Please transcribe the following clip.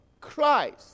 Christ